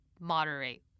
moderate